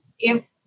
give